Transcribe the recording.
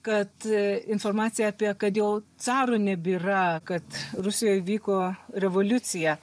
kad informacija apie kad jau caro nebėra kad rusijoj vyko revoliucija